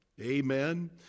Amen